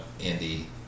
Andy